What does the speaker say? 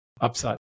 upside